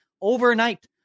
overnight